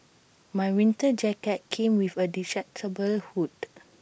my winter jacket came with A detachable hood